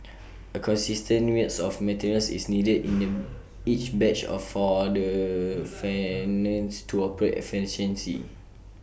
A consistent mix of materials is needed in each batch for the furnace to operate efficiently